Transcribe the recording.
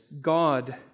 God